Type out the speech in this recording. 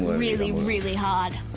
really, really hard.